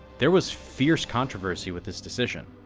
there was fierce controversy with this decision,